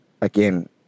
again